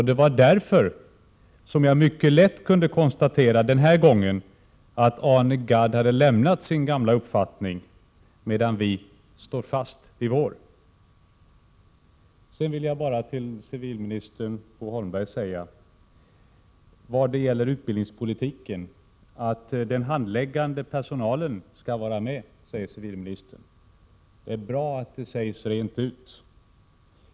Det var därför som jag mycket lätt kunde konstatera den här gången att Arne Gadd hade lämnat sin gamla uppfattning, medan vi står fast vid vår. Sedan vill jag bara säga ett par ord till civilminister Bo Holmberg vad gäller utbildningspolitiken. Den handläggande personalen skall vara med, säger civilministern, och det är bra att det sägs rent ut.